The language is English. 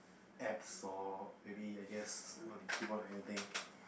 apps or maybe I guess want to keep on or anything